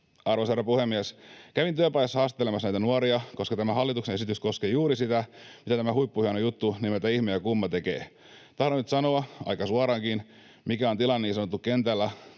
Arvoisa herra puhemies! Kävin työpajassa haastattelemassa näitä nuoria, koska tämä hallituksen esitys koskee juuri sitä, mitä tämä huippuhieno juttu nimeltä Ihme ja Kumma tekee. Tahdon nyt sanoa — aika suoraankin — mikä on tilanne niin sanotulla kentällä